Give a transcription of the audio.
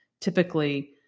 typically